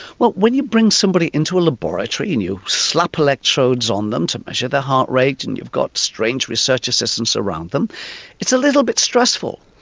well when you bring somebody in to a laboratory and you slap electrodes on them to measure their heart rate and you've got strange research assistants around them it's a little bit stressful.